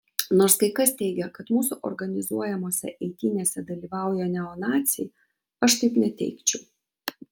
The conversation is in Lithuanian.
nors kai kas teigia kad mūsų organizuojamose eitynėse dalyvauja neonaciai aš taip neteigčiau